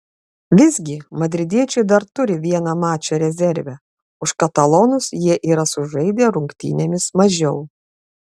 visgi madridiečiai dar turi vieną mačą rezerve už katalonus jie yra sužaidę rungtynėmis mažiau